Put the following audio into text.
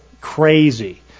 crazy